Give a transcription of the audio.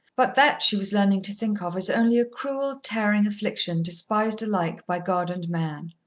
but that she was learning to think of as only a cruel, tearing affliction despised alike by god and man.